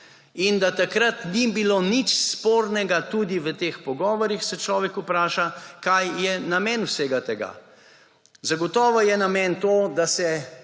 in da takrat ni bilo nič spornega tudi v teh pogovorih, se človek vpraša, kaj je namen vsega tega. Zagotovo je namen to, da se